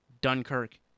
Dunkirk